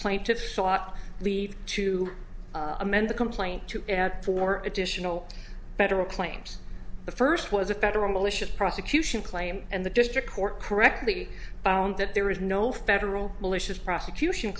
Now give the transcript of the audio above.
plaintiffs sought leave to amend the complaint to four additional federal claims the first was a federal malicious prosecution claim and the district court correctly that there is no federal malicious prosecution